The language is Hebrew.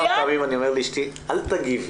אומר לאשתי לא להגיב.